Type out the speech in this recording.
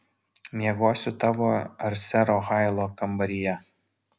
miegosiu tavo ar sero hailo kambaryje